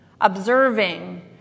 observing